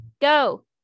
Go